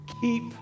Keep